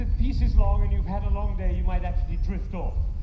ah piece is long and you've had a long day, you might actually drift off.